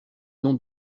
nom